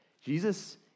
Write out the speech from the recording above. Jesus